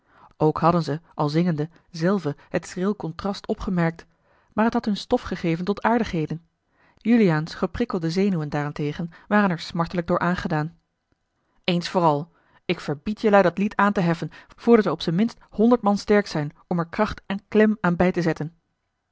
ook hadden ze al zingende zelve het schril contrast opgemerkt maar het had hun stof gegeven tot aardigheden juliaans geprikkelde zenuwen daarentegen waren er smartelijk door aangedaan eens vooral ik verbied jelui dat lied aan te heffen voordat wij op zijn minst honderd man sterk zijn om er kracht en klem aan bij te zetten